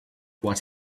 what